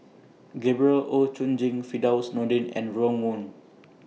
Gabriel Oon Chong Jin Firdaus Nordin and Ron Wong